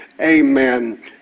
Amen